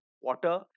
water